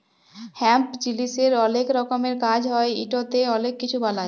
hemp জিলিসের অলেক রকমের কাজ হ্যয় ইটতে অলেক কিছু বালাই